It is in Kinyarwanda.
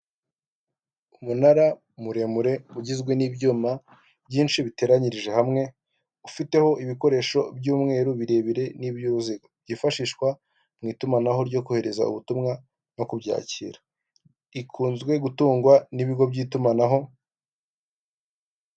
Umunara muremure ugizwe n'ibyuma byinshi biteranyirije hamwe, ufiteho ibikoresho by'umweru birebire n'ibyuruziga byifashishwa mu itumanaho, ryo kohereza ubutumwa no kubyakira, ikunzwe gutungwa n'ibigo by'itumanaho.